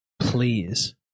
please